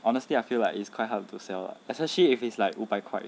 honestly I feel like it's quite hard to sell especially if it's like 五百块